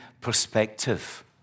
perspective